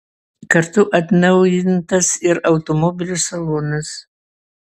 kartu atnaujintas ir automobilio salonas